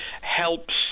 helps